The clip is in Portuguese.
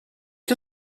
que